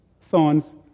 thorns